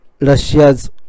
Russia's